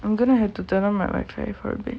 I'm going have to turn on my Wi-Fi for the being